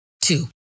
Two